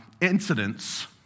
incidents